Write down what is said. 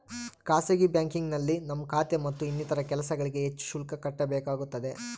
ಖಾಸಗಿ ಬ್ಯಾಂಕಿಂಗ್ನಲ್ಲಿ ನಮ್ಮ ಖಾತೆ ಮತ್ತು ಇನ್ನಿತರ ಕೆಲಸಗಳಿಗೆ ಹೆಚ್ಚು ಶುಲ್ಕ ಕಟ್ಟಬೇಕಾಗುತ್ತದೆ